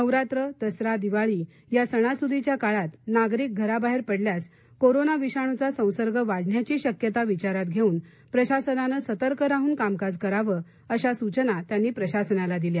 नवरात्र दसरा दिवाळी या सणासुदीच्या काळात नागरिक घराबाहेर पडल्यास कोरोना विषाणूचे संसर्ग वाढण्याची शक्यता विचारात घेवून प्रशासनानं सतर्क राहन कामकाज करावं अशा सूचना त्यांनी प्रशासनाला दिल्या